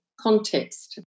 context